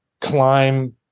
climb